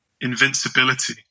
invincibility